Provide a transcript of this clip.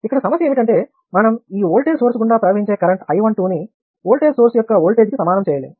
ఇక్కడ సమస్య ఏమిటంటే మనం ఈ వోల్టేజ్ సోర్స్ గుండా ప్రవహించే కరెంట్ I12 ని వోల్టేజ్ సోర్స్ యొక్క వోల్టేజ్ కి సమానం చేయలేము